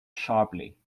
sharply